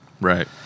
Right